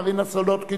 מרינה סולודקין,